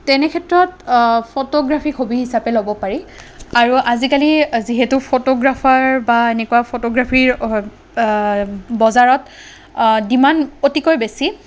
তেনেক্ষেত্ৰত photography hobby হিচাপে ল'ব পাৰি আৰু আজিকালি যিহেতু ফটোগ্ৰাফাৰ বা এনেকুৱা ফটোগ্ৰাফীৰ বজাৰত ডিমাণ্ড অতিকৈ বেছি